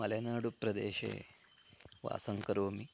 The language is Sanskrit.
मलेनाडुप्रदेशे वासं करोमि